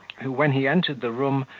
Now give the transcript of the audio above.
who when he entered the room,